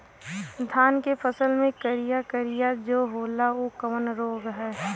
धान के फसल मे करिया करिया जो होला ऊ कवन रोग ह?